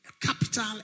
capital